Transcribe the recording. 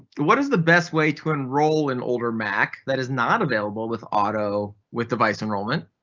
what is the best way to enroll in older mac that is not available with auto with device enrollment?